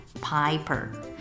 Piper